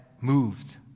moved